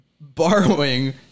Borrowing